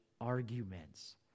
arguments